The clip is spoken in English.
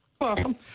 Welcome